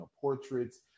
portraits